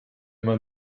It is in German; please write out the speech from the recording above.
mein